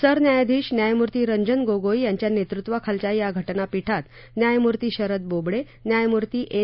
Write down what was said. सरन्यायाधीश न्यायमूर्ती रंजन गोगोई यांच्या नेतृत्वाखालच्या या घटनापीठात न्यायमूर्ती शरद बोबडे न्यायमूर्ती एन